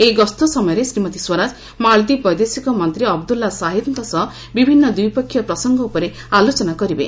ଏହି ଗସ୍ତ ସମୟରେ ଶ୍ରୀମତୀ ସ୍ୱରାଜ ମାଳଦ୍ୱୀପ ବୈଦେଶିକ ମନ୍ତ୍ରୀ ଅବଦୁଲ୍ଲା ସାହିଦ୍ଙ୍କ ସହ ବିଭିନ୍ନ ଦ୍ୱିପକ୍ଷୀୟ ପ୍ରସଙ୍ଗ ଉପରେ ଆଲୋଚନା କରିବେ